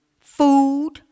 food